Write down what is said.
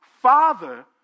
Father